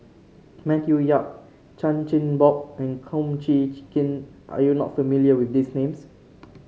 Matthew Yap Chan Chin Bock and Kum Chee Chee Kin are you not familiar with these names